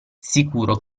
sicuro